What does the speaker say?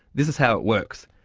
this is how it works.